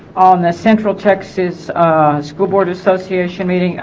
on the central texas school board association meeting